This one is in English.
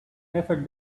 never